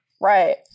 Right